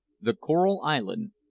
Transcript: the coral island,